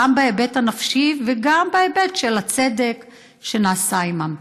גם בהיבט הנפשי וגם בהיבט של הצדק שנעשה עימם.